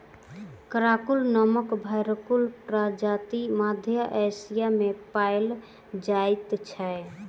Karakul नामक भेंड़क प्रजाति मध्य एशिया मे पाओल जाइत छै